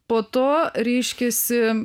po to reiškiasi